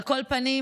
על כל פנים,